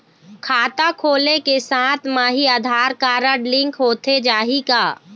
खाता खोले के साथ म ही आधार कारड लिंक होथे जाही की?